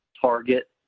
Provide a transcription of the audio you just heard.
target